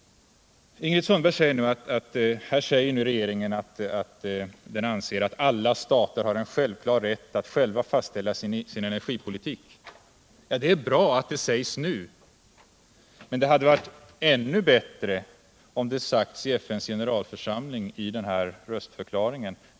Ingrid Sundberg sade att regeringen förklarar att alla stater har en självklar rätt att själva fastställa sin egen energipolitik. Det är bra att det sägs nu, men det hade varit ännu bättre om det hade sagts i FN:s generalförsamling i röstförklaringen.